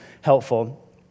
helpful